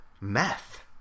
Meth